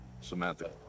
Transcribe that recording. Samantha